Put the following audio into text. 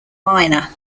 minor